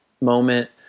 moment